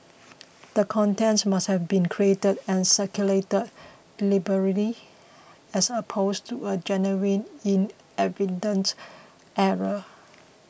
the contents must have been created and circulated deliberately as opposed to a genuine inadvertent error